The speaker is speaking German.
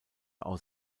aus